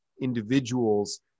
individuals